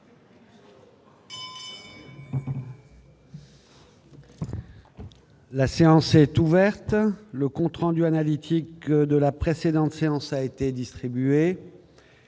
La séance est ouverte. Le compte rendu analytique de la précédente séance a été distribué.